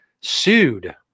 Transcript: sued